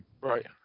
Right